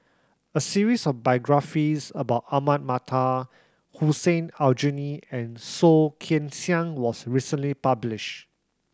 a series of biographies about Ahmad Mattar Hussein Aljunied and Soh Kan Siang was recently published